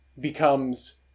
becomes